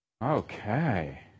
Okay